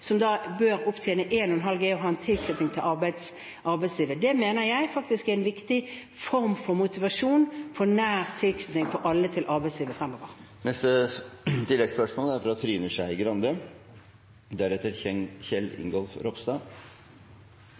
G og ha en tilknytning til arbeidslivet. Det mener jeg er en viktig form for motivasjon for alle for å ha en nær tilknytning til arbeidslivet fremover. Trine Skei Grande – til oppfølgingsspørsmål. Det er